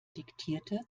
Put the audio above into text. diktierte